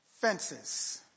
Fences